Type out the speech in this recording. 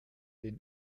den